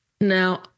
Now